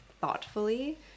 thoughtfully